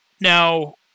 Now